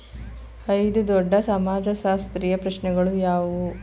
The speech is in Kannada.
ಐದು ದೊಡ್ಡ ಸಮಾಜಶಾಸ್ತ್ರೀಯ ಪ್ರಶ್ನೆಗಳು ಯಾವುವು?